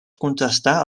contrastar